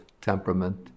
temperament